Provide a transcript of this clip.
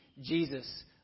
Jesus